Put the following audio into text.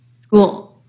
school